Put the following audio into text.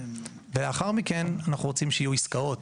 ולאחר מכן אנחנו רוצים שיהיו עסקאות,